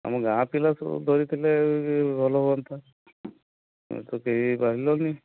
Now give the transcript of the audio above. ଆମ ଗାଁ ପିଲା ତ ଧରିଥିଲେ ଭଲ ଧରିଥାନ୍ତେ ତୁମେ ତ କେହି ବାହାରିଲାଣି